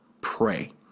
pray